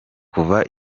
kuva